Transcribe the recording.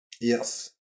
Yes